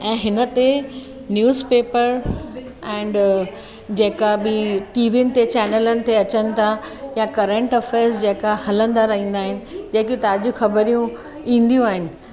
ऐं हिन ते न्यूज़ पेपर एंड जेका बि टीवियुनि ते चैनलनि ते अचनि था यां करंट अफ़ैर्स जेका हलंदा रहंदा आहिनि जेकियूं ताज़ियूं ख़बरूं ईंदियूं आहिनि